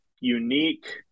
unique